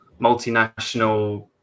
multinational